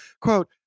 Quote